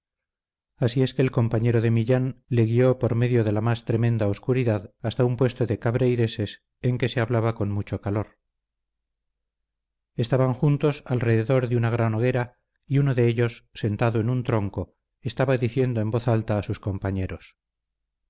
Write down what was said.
así es que el compañero de millán le guió por medio de la más tremenda oscuridad hasta un puesto de cabreireses en que se hablaba con mucho calor estaban juntos alrededor de una gran hoguera y uno de ellos sentado en un tronco estaba diciendo en voz alta a sus compañeros